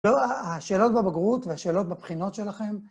זהו, השאלות בבגרות והשאלות בבחינות שלכם.